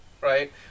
right